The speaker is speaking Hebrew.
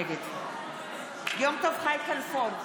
נגד יום טוב חי כלפון,